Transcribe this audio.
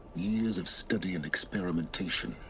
years of study and experimentation